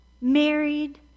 married